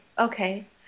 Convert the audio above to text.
okay